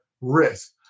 risk